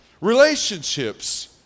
Relationships